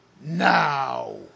now